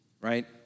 right